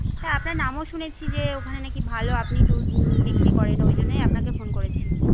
হ্যাঁ আপনার নামও শুনেছি যে ওখানে নাকি ভালো আপনি দুধ বিক্রি করেন ওইজন্যই আপনাকে ফোন করেছি